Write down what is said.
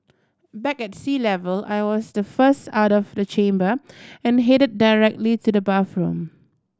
back at sea level I was the first out of the chamber and headed directly to the bathroom